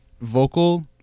vocal